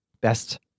best